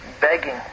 Begging